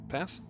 Pass